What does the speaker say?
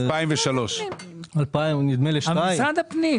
2003. נדמה לי 2002. משרד הפנים.